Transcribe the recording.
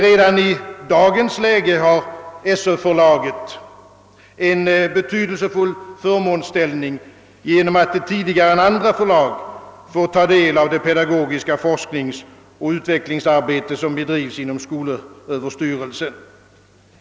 Redan i dag har Sö-förlaget en betydelsefull förmånsställning genom att tidigare än andra förlag få del av det pedagogiska forskningsoch utvecklingsarbete som bedrives inom skolöverstyrelsen.